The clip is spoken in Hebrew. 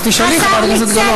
אז תשאלי, חברת הכנסת גלאון.